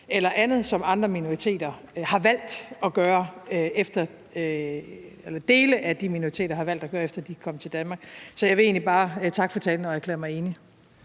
eller andet, som dele af andre minoriteter har valgt at gøre, efter de er kommet til Danmark. Så jeg vil egentlig bare takke for talen og erklære mig enig.